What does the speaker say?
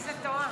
נתקבל.